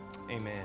amen